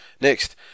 next